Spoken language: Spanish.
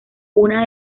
una